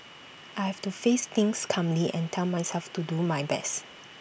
I have to face things calmly and tell myself to do my best